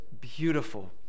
beautiful